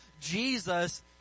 Jesus